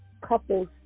couple's